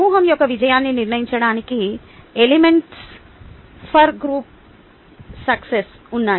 సమూహం యొక్క విజయాన్ని నిర్ణయిoచడానికి ఎలిమెంట్స్ ఫర్ గ్రూప్ సక్సెస్ ఉన్నాయి